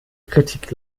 kritik